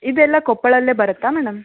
ಇದೆಲ್ಲ ಕೊಪ್ಪಳಲ್ಲೇ ಬರುತ್ತಾ ಮೇಡಮ್